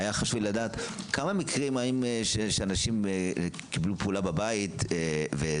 היה חשוב לי לדעת כמה מקרים יש שאנשים קיבלו פעולה בבית וזה